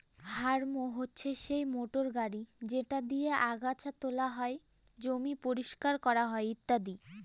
harrow হচ্ছে সেই motor গাড়ি যেটা দিয়ে আগাচ্ছা তোলা হয়, জমি পরিষ্কার করা হয় ইত্যাদি